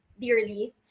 dearly